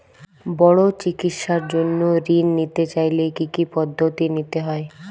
বড় চিকিৎসার জন্য ঋণ নিতে চাইলে কী কী পদ্ধতি নিতে হয়?